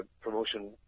promotion